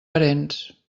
parents